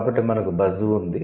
కాబట్టి మనకు 'బజ్' ఉంది